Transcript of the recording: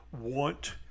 want